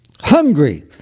hungry